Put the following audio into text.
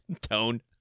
tone